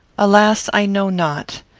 alas! i know not.